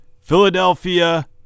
Philadelphia